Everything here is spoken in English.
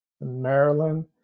Maryland